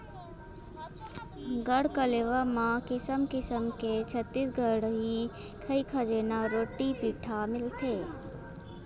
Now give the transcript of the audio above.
गढ़कलेवा म किसम किसम के छत्तीसगढ़ी खई खजेना, रोटी पिठा मिलथे